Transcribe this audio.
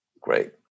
Great